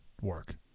work